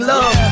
Love